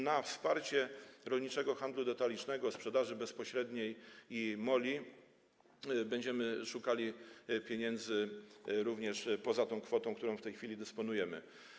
Na wsparcie rolniczego handlu detalicznego, sprzedaży bezpośredniej i MOL będziemy szukali pieniędzy również poza tą kwotą, którą w tej chwili dysponujemy.